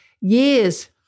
years